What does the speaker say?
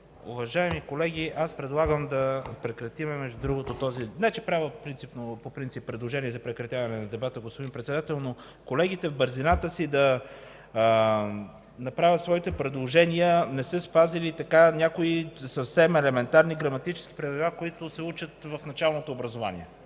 Уважаеми колеги, между другото предлагам да прекратим – не че правя по принцип предложение за прекратяване на дебата, господин Председател, но колегите, в бързината си да направят своите предложения, не са спазили някои съвсем елементарни граматически правила, които се учат в началното образование.